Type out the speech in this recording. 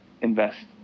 invest